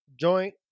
joint